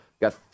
got